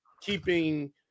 keeping